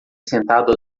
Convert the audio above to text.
sentado